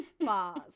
bars